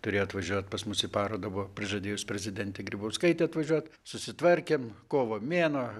turėjo atvažiuot pas mus į parodą buvo prižadėjus prezidentė grybauskaitė atvažiuot susitvarkėm kovo mėnuo